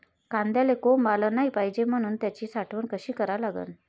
कांद्याले कोंब आलं नाई पायजे म्हनून त्याची साठवन कशी करा लागन?